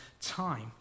time